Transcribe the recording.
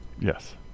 Yes